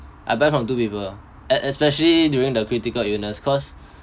I buy from two people es~ especially during the critical illness cause